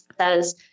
says